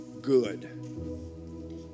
good